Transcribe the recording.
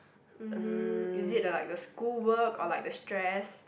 mm is it the like the school work or like the stress